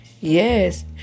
Yes